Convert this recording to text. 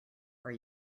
are